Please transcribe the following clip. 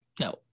no